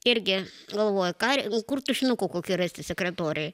irgi galvoja ką kur tušinukų kokį rasti sekretorei